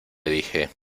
dije